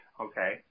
okay